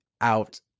out